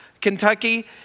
Kentucky